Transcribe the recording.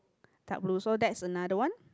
dark blue so that's another one